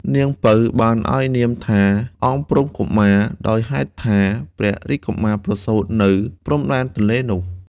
នាង ពៅ បានឲ្យនាមថា អង្គព្រំកុមារ ដោយហេតុថា ព្រះរាជកុមារប្រសូត៍នៅព្រំដែនទនេ្លនោះ។